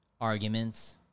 Arguments